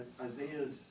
Isaiah's